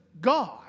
God